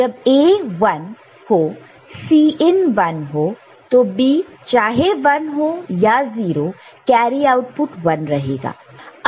जब A 1 हो Cin 1 हो तो B चाहे 1 हो या 0 कैरी आउटपुट 1 रहेगा